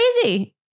crazy